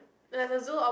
there's a zoo opp~